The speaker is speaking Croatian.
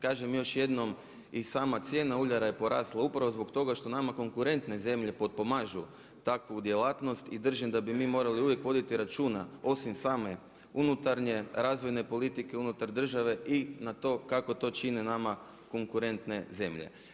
Kažem još jednom i sama cijena ulja je porasla upravo zbog toga što nama konkurentne zemlje potpomažu takvu djelatnost i držim da bi mi morali uvijek voditi računa osim same unutarnje razvojne politike unutar države i na to kako to čine nama konkurentne zemlje.